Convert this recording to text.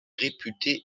réputée